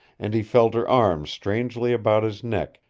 and he felt her arms strangely about his neck,